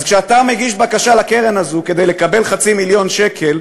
אז כשאתה מגיש בקשה לקרן הזו כדי לקבל חצי מיליון שקל,